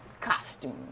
costume